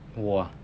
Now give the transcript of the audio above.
我 ah